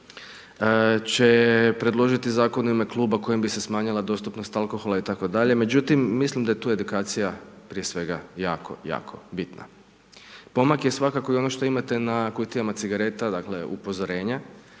će predložiti zakon u ime kluba u kojoj bi se smanjila dostupnost alkohola itd. Međutim, mislim da je tu edukacija prije svega jako jako bitna. Pomak je svakako i ono što imate na kutijama cigareta, dakle, upozorenja.